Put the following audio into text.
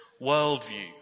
worldview